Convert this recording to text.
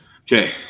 Okay